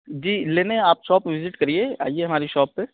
جی لینے آپ shop visit کریئے آئیے ہماری شاپ پہ